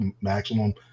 maximum